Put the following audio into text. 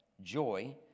joy